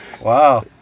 Wow